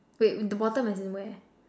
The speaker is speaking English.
wait the bottom as in where